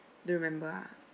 don't remember ah